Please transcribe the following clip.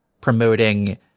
promoting –